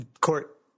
court